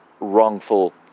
wrongful